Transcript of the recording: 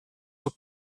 were